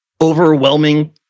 overwhelming